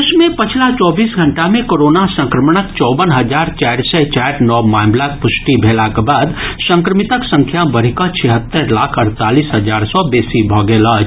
देश मे पछिला चौबीस घंटा मे कोरोना संक्रमणक चौवन हजार चारि सय चारि नव मामिलाक पुष्टि भेलाक बाद संक्रमितक संख्या बढ़ि कऽ छिहत्तरि लाख अड़तालीस हजार सँ बेसी भऽ गेल अछि